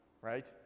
right